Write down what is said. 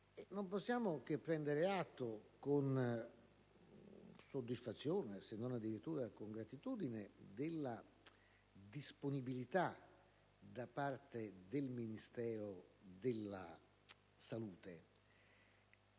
colleghi - che prendere atto con soddisfazione, se non addirittura con gratitudine, della disponibilità mostrata da parte del Ministero della salute.